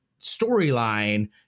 storyline